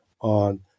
on